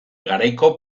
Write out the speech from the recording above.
garaiko